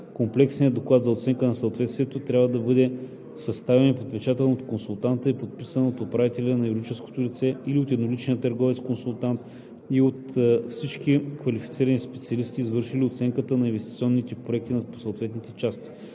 Комплексният доклад за оценка на съответствието трябва да бъде съставен и подпечатан от консултанта и подписан от управителя на юридическото лице или от едноличния търговец консултант, и от всички квалифицирани специалисти, извършили оценката на инвестиционните проекти по съответните части.